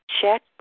Check